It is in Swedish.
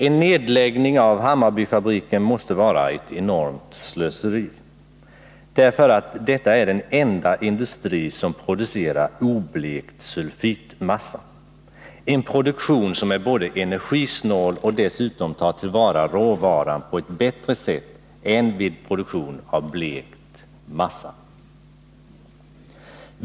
En nedläggning av Hammarbyfabriken måste vara ett enormt slöseri, därför att detta är den enda industri som producerar oblekt sulfitmassa — en produktion som är energisnål och dessutom tar till vara råvaran på ett bättre sätt än vid produktion av blekt massa.